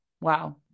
Wow